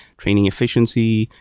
training efficiency,